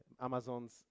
Amazon's